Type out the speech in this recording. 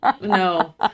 no